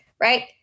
Right